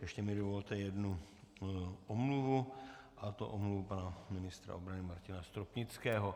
Ještě mi dovolte jednu omluvu, a to omluvu pana ministra obrany Martina Stropnického.